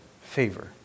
favor